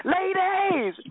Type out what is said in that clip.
Ladies